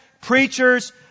preachers